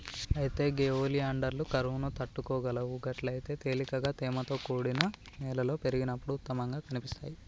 అయితే గే ఒలియాండర్లు కరువును తట్టుకోగలవు గట్లయితే తేలికగా తేమతో కూడిన నేలలో పెరిగినప్పుడు ఉత్తమంగా కనిపిస్తాయి